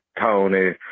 Tony